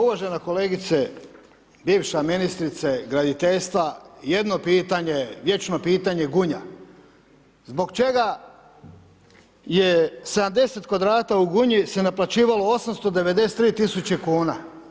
Uvažena kolegice, bivša ministrice graditeljstva, jedno pitanje, vječno pitanje Gunja, zbog čega je 70 kvadrata u Gunji se je naplaćivalo 893 tisuće kn?